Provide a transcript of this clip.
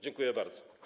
Dziękuję bardzo.